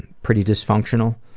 pretty dysfunctional.